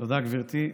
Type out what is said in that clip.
תודה, גברתי.